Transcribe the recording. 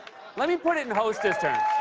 let me put it in hostess terms.